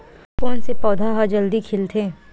कोन से पौधा ह जल्दी से खिलथे?